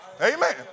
Amen